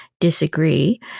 disagree